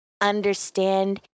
understand